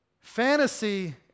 Fantasy